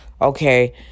okay